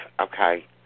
okay